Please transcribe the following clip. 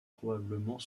probablement